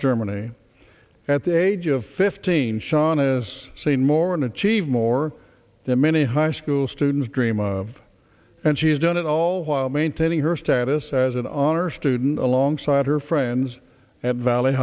germany at the age of fifteen sean is saying more and achieve more than many high school students dream of and she's done it all while maintaining her status as an honor student alongside her friends at valley